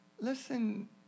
Listen